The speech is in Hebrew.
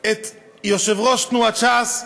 את יושב-ראש תנועת ש"ס,